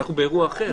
אנחנו באירוע אחר.